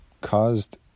caused